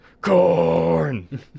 corn